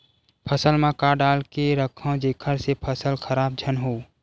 फसल म का डाल के रखव जेखर से फसल खराब झन हो?